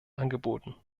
angeboten